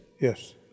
Yes